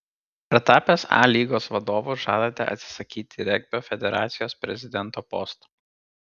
ar tapęs a lygos vadovu žadate atsisakyti regbio federacijos prezidento posto